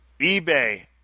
eBay